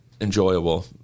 enjoyable